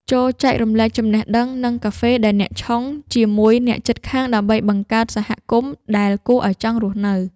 ចូរចែករំលែកចំណេះដឹង និងកាហ្វេដែលអ្នកឆុង ជាមួយអ្នកជិតខាងដើម្បីបង្កើតសហគមន៍ដែលគួរឱ្យចង់រស់នៅ។